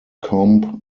comb